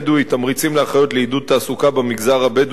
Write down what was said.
תמריצים לאחיות לעידוד תעסוקה במגזר הבדואי בדרום,